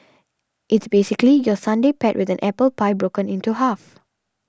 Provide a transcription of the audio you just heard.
it's basically your sundae paired with an apple pie broken into half